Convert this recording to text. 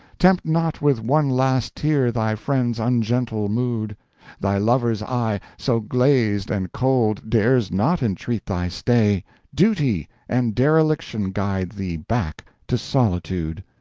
tempt not with one last tear thy friend's ungentle mood thy lover's eye, so glazed and cold, dares not entreat thy stay duty and dereliction guide thee back to solitude.